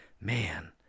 man